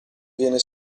viene